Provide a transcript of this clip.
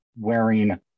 wearing